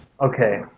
okay